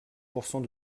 pourcent